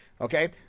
okay